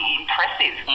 impressive